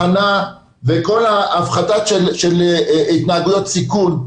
עם הכנה והפחתה של התנהגויות סיכון,